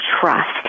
trust